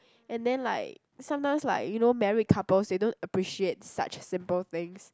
and then like sometimes like you know married couples they don't appreciate such simple things